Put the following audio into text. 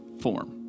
form